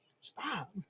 stop